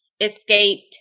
escaped